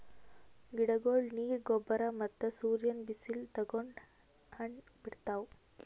ಗಿಡಗೊಳ್ ನೀರ್, ಗೊಬ್ಬರ್ ಮತ್ತ್ ಸೂರ್ಯನ್ ಬಿಸಿಲ್ ತಗೊಂಡ್ ಹಣ್ಣ್ ಬಿಡ್ತಾವ್